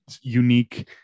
unique